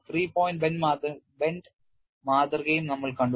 Three point bend മാതൃകയും നമ്മൾ കണ്ടു